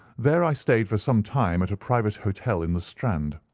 there i stayed for some time at a private hotel in the strand,